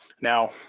Now